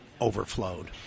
overflowed